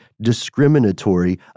discriminatory